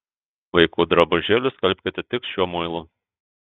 vaikų drabužėlius skalbkite tik šiuo muilu